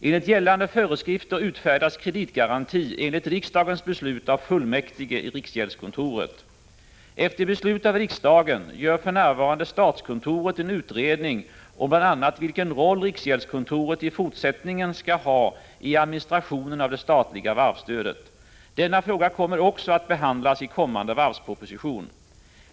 Efter beslut av riksdagen gör för närvarande statskontoret en utredning om bl.a. vilken roll riksgäldskontoret i fortsättningen skall ha i administrationen av det statliga varvsstödet. Denna fråga kommer också att behandlas i kommande varvsproposition.